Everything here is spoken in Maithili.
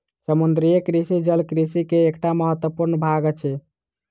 समुद्रीय कृषि जल कृषि के एकटा महत्वपूर्ण भाग अछि